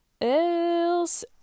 else